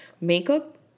Makeup